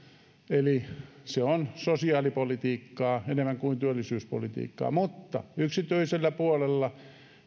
eli se on sosiaalipolitiikkaa enemmän kuin työllisyyspolitiikkaa mutta yksityisellä puolella